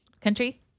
Country